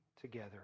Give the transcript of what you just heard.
together